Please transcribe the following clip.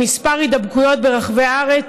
עם כמה הידבקויות ברחבי הארץ,